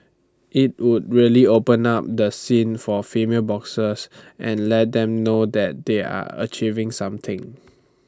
IT would really open up the scene for female boxers and let them know that they are achieving something